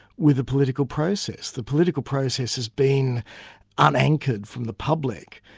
with the political process. the political process has been un-anchored from the public,